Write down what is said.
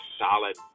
solid